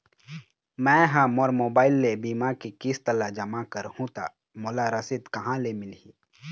मैं हा मोर मोबाइल ले बीमा के किस्त ला जमा कर हु ता मोला रसीद कहां ले मिल ही?